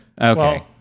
okay